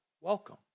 welcome